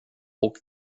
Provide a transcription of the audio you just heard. och